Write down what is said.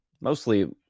mostly